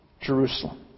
Jerusalem